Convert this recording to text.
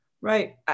right